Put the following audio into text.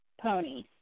pony